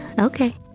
Okay